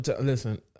Listen